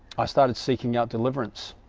i started seeking out deliverance